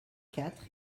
quatre